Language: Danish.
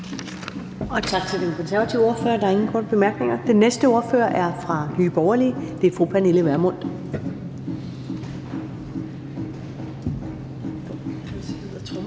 Tak til den konservative ordfører. Der er ingen korte bemærkninger. Den næste ordfører er fra Nye Borgerlige, og det er fru Pernille Vermund.